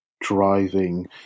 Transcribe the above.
driving